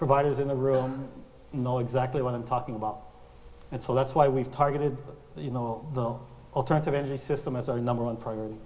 provided in the room know exactly what i'm talking about and so that's why we've targeted you know the alternative energy system as our number one priority